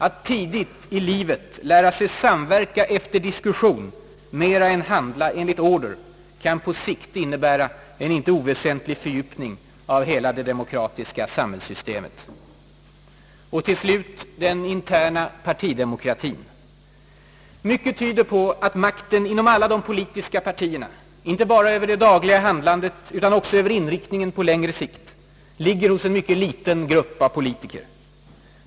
Att tidigt i livet lära sig samverka efter diskussion mera än handla enligt order kan på sikt innebära en inte oväsentlig fördjupning av hela det demokratiska samhällssystemet. Till slut den interna partidemokratien. Mycket tyder på att makten inom alla de politiska partierna, inte bara över det dagliga handlandet utan också över inriktningen på längre sikt, ligger hos en mycket liten grupp av politiker.